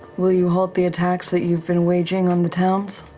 will you halt the attacks that you've been waging on the towns,